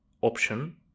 option